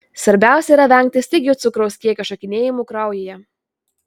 svarbiausia yra vengti staigių cukraus kiekio šokinėjimų kraujyje